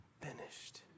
finished